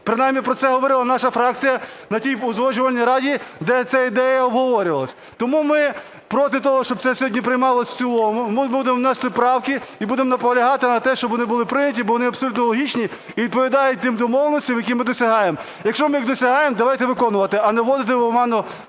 Принаймні про це говорила наша фракція на тій узгоджувальній раді, де ця ідея обговорювалася. Тому ми проти того, щоб це сьогодні приймалося в цілому. Ми будемо вносити правки і будемо наполягати на тому, щоб вони були прийняті, бо вони абсолютно логічні і відповідають тим домовленостям, які ми досягаємо. Якщо ми їх досягаємо, давайте виконувати, а не вводити в оману